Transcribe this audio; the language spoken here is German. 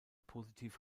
positiv